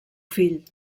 fill